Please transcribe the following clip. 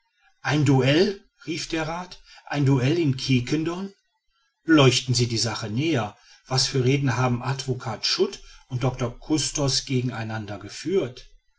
ein duell rief der rath ein duell in quiquendone beleuchten sie die sache näher was für reden haben advocat schut und doctor custos gegen einander geführt